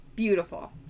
beautiful